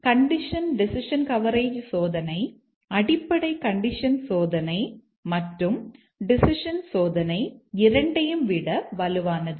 condition decision coverage சோதனை அடிப்படை condition சோதனை மற்றும் டெசிஷன் சோதனை இரண்டையும் விட வலுவானது